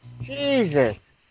Jesus